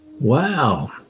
Wow